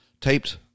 taped